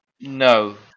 no